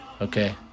Okay